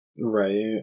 Right